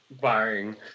buying